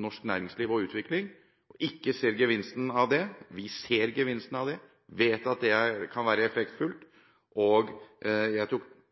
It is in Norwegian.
norsk næringsliv og utvikling. Hun mente at vi ikke ser gevinsten av det. Vi ser gevinsten av det. Vi vet at det kan være effektfullt. Jeg tok